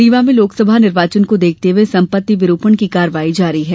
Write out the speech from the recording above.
रीवा में लोकसभा निर्वाचन को देखते हुए संपत्ति विरूपण की कार्यवाही जारी है